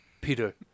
Peter